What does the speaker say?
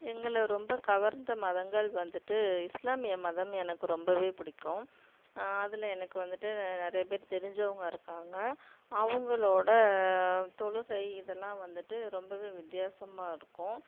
எங்களை ரொம்ப கவர்ந்த மதங்கள் வந்துவிட்டு இஸ்லாமிய மதம் எனக்கு ரொம்பவே பிடிக்கும் அதில் எனக்கு வந்துவிட்டு நிறைய பேர் தெரிஞ்சவங்க இருக்காங்க அவங்களோட தொழுகை இதெல்லாம் வந்துவிட்டு ரொம்பவே வித்யாசமாக இருக்கும்